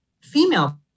female